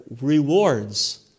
rewards